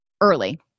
early